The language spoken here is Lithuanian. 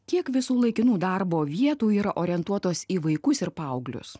kiek visų laikinų darbo vietų yra orientuotos į vaikus ir paauglius